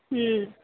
હમ